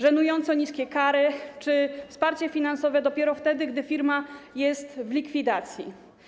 Żenująco niskie kary czy wsparcie finansowe jest dopiero wtedy, gdy firma jest w likwidacji.